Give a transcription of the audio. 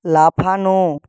লাফানো